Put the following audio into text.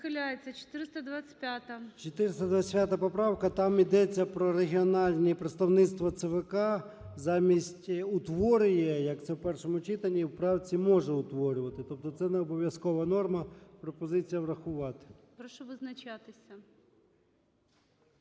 425 поправка, там ідеться про регіональні представництва ЦВК. Замість "утворює", як це в першому читання, в правці "може утворювати". Тобто це необов'язкова норма. Пропозиція врахувати. ГОЛОВУЮЧИЙ. Прошу визначатися.